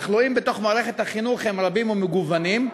התחלואים בתוך מערכת החינוך הם רבים ומגוונים.